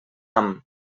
ham